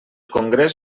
congrés